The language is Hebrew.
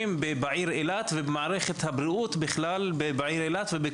בעיר אילת ובמערכת הבריאות בכלל בעיר אילת וגם